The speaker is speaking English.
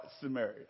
Samaria